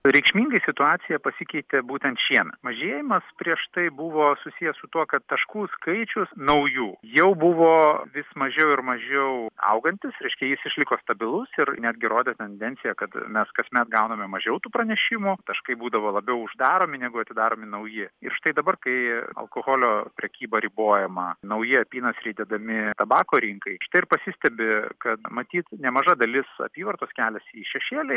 reikšmingai situacija pasikeitė būtent šiemet mažėjimas prieš tai buvo susiję su tuo kad taškų skaičius naujų jau buvo vis mažiau ir mažiau augantis reiškia jis išliko stabilus ir netgi rodė tendenciją kad mes kasmet gauname mažiau tų pranešimų taškai būdavo labiau uždaromi negu atidaromi nauji ir štai dabar kai alkoholio prekyba ribojama nauji apynasriai dedami tabako rinkai štai ir pasistebi kad matyt nemaža dalis apyvartos keliasi į šešėlį